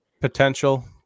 potential